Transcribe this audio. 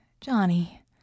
Johnny